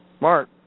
Mark